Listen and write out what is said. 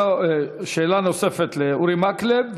שאלה נוספת לאורי מקלב,